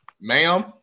ma'am